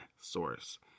source